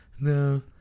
No